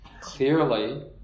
clearly